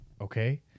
Okay